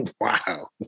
Wow